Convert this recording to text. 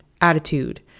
attitude